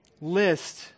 list